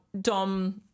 Dom